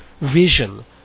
vision